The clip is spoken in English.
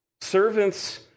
Servants